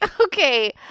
Okay